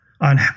on